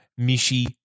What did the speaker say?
Mishi